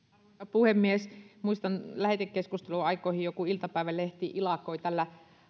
puhemies muistan että lähetekeskustelun aikoihin joku iltapäivälehti ilakoi tällä